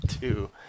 Two